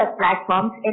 platforms